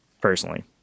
personally